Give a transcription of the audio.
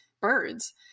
birds